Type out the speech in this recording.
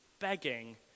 begging